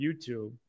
YouTube